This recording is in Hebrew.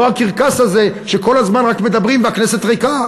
לא הקרקס הזה שכל הזמן רק מדברים והכנסת ריקה.